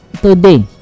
today